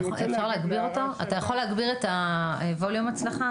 אני רוצה להתייחס להערה שעלתה פה.